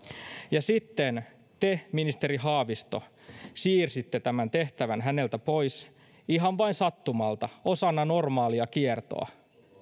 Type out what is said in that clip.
ja sitten te ministeri haavisto siirsitte tämän tehtävän häneltä pois ihan vain sattumalta osana normaalia kiertoa